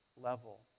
level